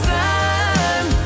time